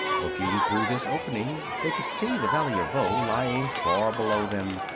looking through this opening they could see the valley of voe lying far below them,